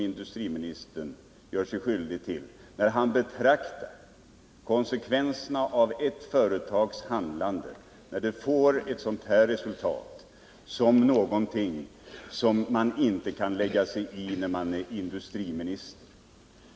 Industriministern gör sig skyldig till en felsyn när han menar att sådana konsekvenser av ett företags handlande är någonting som man inte kan lägga sig i när man är industriminister.